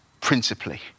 principally